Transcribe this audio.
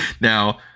Now